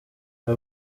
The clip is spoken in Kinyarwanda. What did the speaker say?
aba